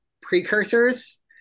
precursors